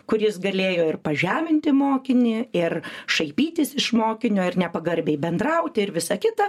kur jis galėjo ir pažeminti mokinį ir šaipytis iš mokinio ir nepagarbiai bendrauti ir visa kita